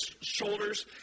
shoulders